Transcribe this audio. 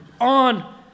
on